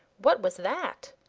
what was that?